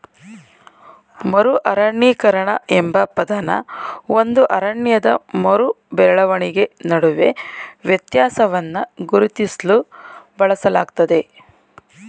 ಮರು ಅರಣ್ಯೀಕರಣ ಎಂಬ ಪದನ ಒಂದು ಅರಣ್ಯದ ಮರು ಬೆಳವಣಿಗೆ ನಡುವೆ ವ್ಯತ್ಯಾಸವನ್ನ ಗುರುತಿಸ್ಲು ಬಳಸಲಾಗ್ತದೆ